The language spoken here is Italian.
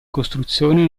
costruzione